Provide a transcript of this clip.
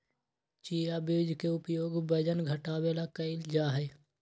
chia बीज के उपयोग वजन घटावे ला कइल जाहई